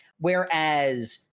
Whereas